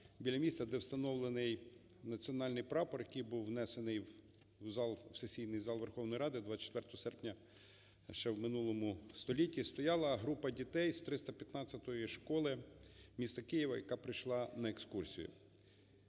біля місця, де встановлений Національний прапор, який був внесений в зал, в сесійний зал Верховної Ради 24 серпня ще в минулому столітті, стояла група дітей з 315-ї школи міста Києва, яка прийшла на екскурсію.